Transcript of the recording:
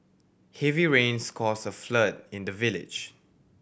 heavy rains caused a flood in the village